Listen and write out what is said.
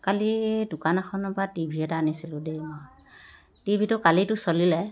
কালি দোকান এখনৰপৰা TV এটা আনিছিলোঁ দেই টি ভিটো কালিতো চলিলে